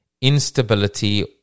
instability